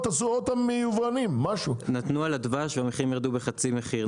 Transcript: נתנו פטור על הדבש והמחירים ירדו בחצי מחיר,